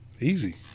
Easy